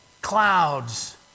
Clouds